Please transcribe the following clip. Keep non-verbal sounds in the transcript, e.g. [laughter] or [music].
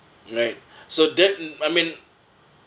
right [breath] so that I mean